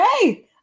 hey